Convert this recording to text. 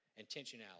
Intentionality